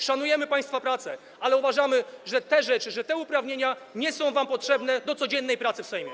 Szanujemy państwa pracę, ale uważamy, że te uprawnienia nie są wam potrzebne do codziennej pracy w Sejmie.